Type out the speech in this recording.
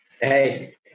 Hey